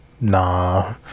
Nah